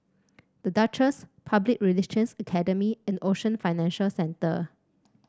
The Duchess Public Relations Academy and Ocean Financial Centre